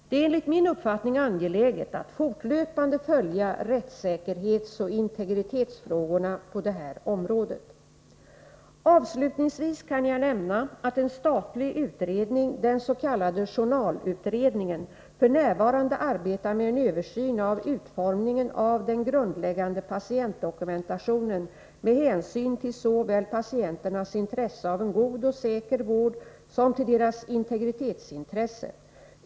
Det är enligt min uppfattning angeläget att fortlöpande följa rättssäkerhetsoch integritetsfrågorna på det här området. Avslutningsvis kan jag nämna att en statlig utredning — den s.k. journalutredningen — f.n. arbetar med en översyn av utformningen av den grundläggande patientdokumentationen med hänsyn såväl till patienternas intresse av en god och säker vård som till deras integritetsintressen.